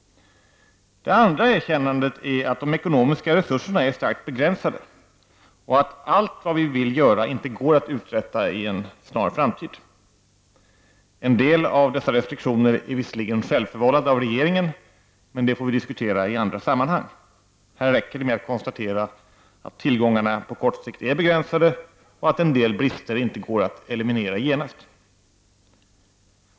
Det andra erkännandet är att de ekonomiska resurserna är starkt begränsade, att allt vad vi vill göra inte går att uträtta i en snar framtid. En del av dessa restriktioner är visserligen självförvållade av regeringen, men det får vi diskutera i andra sammanhang. Här räcker det med att konstatera att tillgångarna på kort sikt är begränsade och att en del brister inte går att eliminera genast.